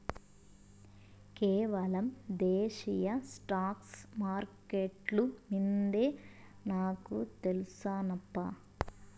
కేవలం దేశీయ స్టాక్స్ మార్కెట్లు మిందే నాకు తెల్సు నప్పా